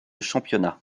championnat